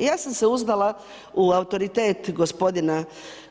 I ja sam se uzdala u autoritet gospodina